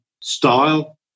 style